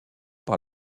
par